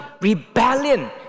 rebellion